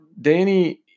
danny